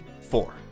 four